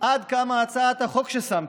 עד כמה הצעת החוק ששמתי,